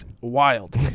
wild